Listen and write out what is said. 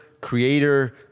creator